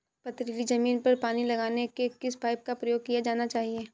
पथरीली ज़मीन पर पानी लगाने के किस पाइप का प्रयोग किया जाना चाहिए?